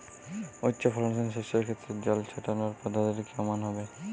উচ্চফলনশীল শস্যের ক্ষেত্রে জল ছেটানোর পদ্ধতিটি কমন হবে?